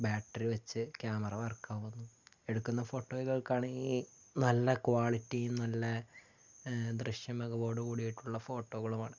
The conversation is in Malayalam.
ബാറ്ററി വെച്ച് ക്യാമറ വർക്കാവുന്നു എടുക്കുന്ന ഫോട്ടോകൾക്കാണെങ്കിൽ നല്ല ക്വാളിറ്റിയും നല്ല ദൃശ്യമികവോടുകൂടിയിട്ടുള്ള ഫോട്ടോകളുമാണ്